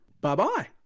bye-bye